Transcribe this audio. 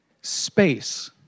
Space